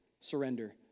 surrender